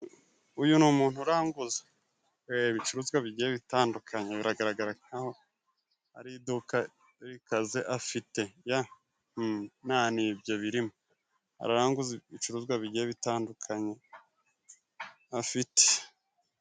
Uyu ni umuntu uranguza ibicuruzwa bigiye bitandukanye, biragaragara ko ari iduka rikaze afite. Ya! ni ibyo biri mo, aranguze ibicuruzwa bigiye bitandukanye, afite.